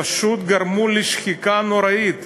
פשוט גרם לשחיקה נוראית,